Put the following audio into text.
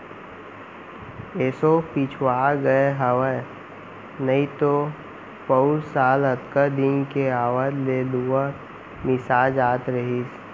एसो पिछवा गए हँव नइतो पउर साल अतका दिन के आवत ले लुवा मिसा जात रहिस